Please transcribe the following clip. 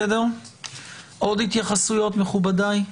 עוד התייחסויות, מכובדיי?